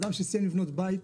אדם שסיים לבנות בית,